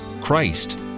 Christ